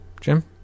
Jim